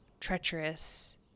treacherous